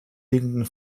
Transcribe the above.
liegende